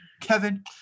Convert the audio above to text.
Kevin